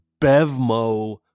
Bevmo